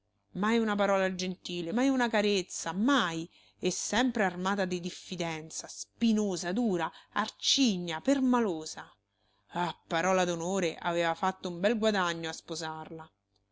mai una parola gentile mai una carezza mai e sempre armata di diffidenza spinosa dura arcigna permalosa ah parola d'onore aveva fatto un bel guadagno a sposarla